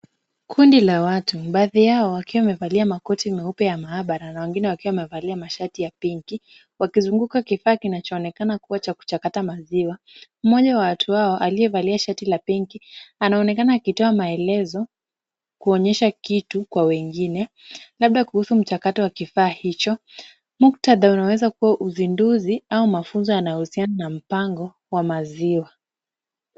Kundi la watu. Baadhi yao wakiwa wamevalia makoti meupe ya maabara na wengine wakiwa wamevalia mashati ya pinki, wakizunguka kifaa kinachoonekana kuwa cha kuchakata maziwa. Mmoja wa watu hao aliyevalia shati la pinki, anaonekana akitoa maelezo, kuonyesha kitu kwa wengine. Labda kuhusu mchakato wa kifaa hicho. Muktadha unaweza kuwa uzinduzi au mafunzo yanayohusiana na mpango wa maziwa.